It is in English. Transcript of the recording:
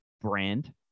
brand